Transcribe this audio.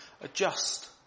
adjust